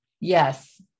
Yes